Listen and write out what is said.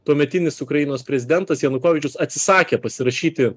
tuometinis ukrainos prezidentas janukovičius atsisakė pasirašyti